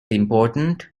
important